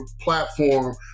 platform